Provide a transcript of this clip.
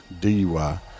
DUI